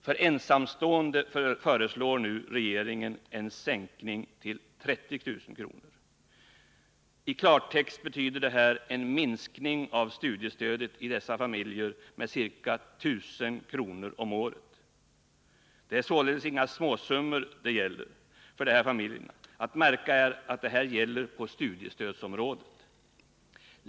För ensamstående föreslår regeringen en sänkning till 30 000 kr. I klartext betyder det här en minskning av studiestödet i dessa familjer med ca 1 000 kr. om året. Det är således inte fråga om småsummor för dessa familjer. Att märka är att det här gäller på studiestödsområdet.